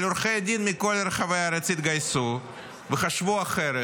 אבל עורכי דין מכל רחבי הארץ התגייסו וחשבו אחרת,